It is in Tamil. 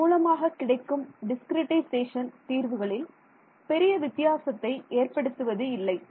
அதன் மூலமாக கிடைக்கும் டிஸ்கிரிட்டைசேஷன் தீர்வுகளில் பெரிய வித்தியாசத்தை ஏற்படுத்துவது இல்லை